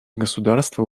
государства